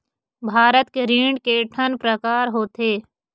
भारत के ऋण के ठन प्रकार होथे?